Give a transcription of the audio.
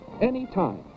anytime